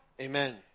Amen